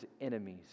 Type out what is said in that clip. enemies